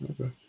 Okay